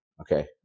Okay